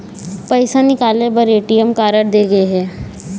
पइसा निकाले बर ए.टी.एम कारड दे गे हे